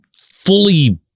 fully